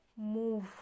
move